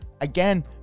again